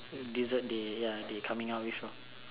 dessert they ya they coming out with lor